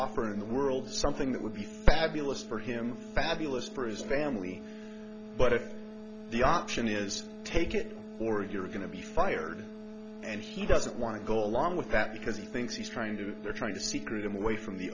offer in the world something that would be fabulous for him fabulous for his family but if the option is take it or you're going to be fired and he doesn't want to go along with that because he thinks he's trying to they're trying to secret him away from the